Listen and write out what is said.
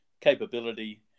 capability